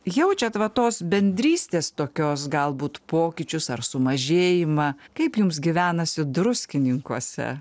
jaučiat va tos bendrystės tokios galbūt pokyčius ar sumažėjimą kaip jums gyvenasi druskininkuose